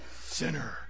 Sinner